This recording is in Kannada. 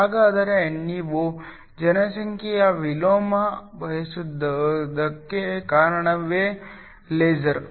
ಹಾಗಾದರೆ ನೀವು ಜನಸಂಖ್ಯೆಯ ವಿಲೋಮ ಬಯಸುವುದಕ್ಕೆ ಕಾರಣವೇ ಲೇಸರ್